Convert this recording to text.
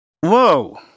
Whoa